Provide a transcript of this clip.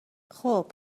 خوب